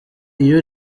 iyo